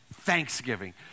Thanksgiving